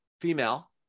female